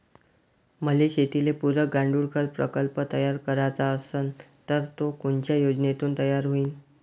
मले शेतीले पुरक गांडूळखत प्रकल्प तयार करायचा असन तर तो कोनच्या योजनेतून तयार होईन?